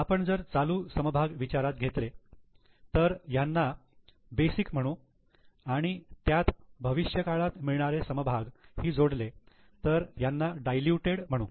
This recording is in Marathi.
आपण जर चालू समभाग विचारात घेतले तर यांना बेसिक म्हणू आणि त्यात भूतकाळात मिळणारे समभाग ही जोडले तर यांना डायलूटेड म्हणू